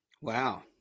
Wow